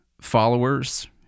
followers